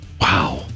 Wow